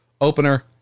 opener